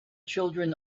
children